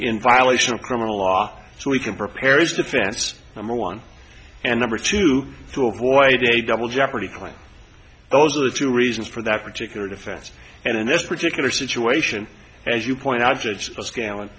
in violation of criminal law so he can prepare his defense number one and number two to avoid a double jeopardy claim those are two reasons for that particular defense and in this particular situation as you point out judge